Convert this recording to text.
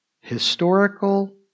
historical